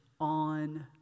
on